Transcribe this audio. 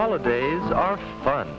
holidays are fun